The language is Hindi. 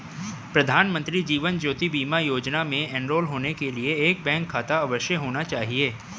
प्रधानमंत्री जीवन ज्योति बीमा योजना में एनरोल होने के लिए एक बैंक खाता अवश्य होना चाहिए